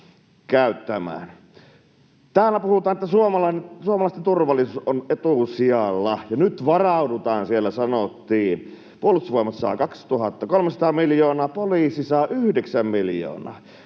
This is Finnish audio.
Täällä puhutaan, että suomalaisten turvallisuus on etusijalla, ja nyt varaudutaan, siellä sanottiin. Puolustusvoimat saa 2 300 miljoonaa, poliisi saa yhdeksän miljoonaa.